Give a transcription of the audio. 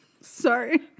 Sorry